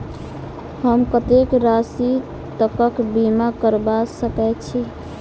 हम कत्तेक राशि तकक बीमा करबा सकै छी?